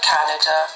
Canada